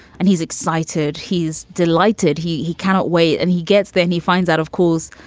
and he's excited. he's delighted he he cannot wait. and he gets there and he finds out, of course,